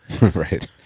Right